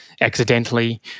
accidentally